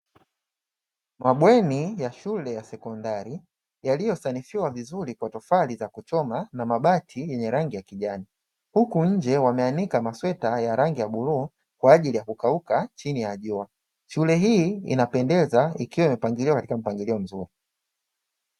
Mabweni ya shule ya sekondari yaliyosanifiwa vizuri kwa tofali za kuchoma na mabati yenye rangi ya kijani, huku nje wameanika masweta ya rangi ya bluu kwa ajili ya kukauka chini ya jua. Shule hii inapendeza ikiwa imepangiliwa katika mpangilio mzuri.